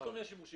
חומרים